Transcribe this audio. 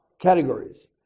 categories